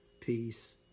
peace